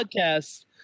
podcast